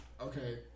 Okay